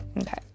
Okay